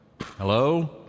Hello